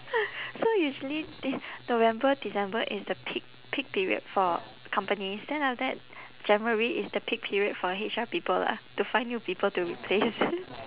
so usually th~ november december is the peak peak period for companies then after that january is the peak period for H_R people lah to find new people to replace